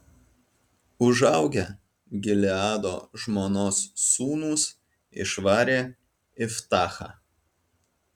užaugę gileado žmonos sūnūs išvarė iftachą